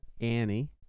Annie